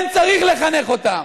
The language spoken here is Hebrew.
כן, צריך לחנך אותם.